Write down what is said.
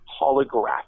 holographic